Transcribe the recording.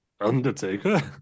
Undertaker